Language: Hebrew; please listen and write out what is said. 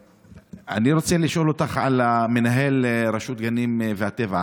אני רוצה לשאול אותך על מנהל רשות הגנים והטבע,